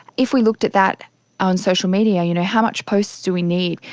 if we looked at that on social media, you know, how much posts do we need,